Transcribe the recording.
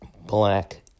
black